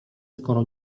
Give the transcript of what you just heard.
skoro